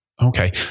Okay